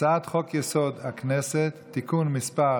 הצעת חוק-יסוד: הכנסת (תיקון מס'